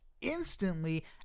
instantly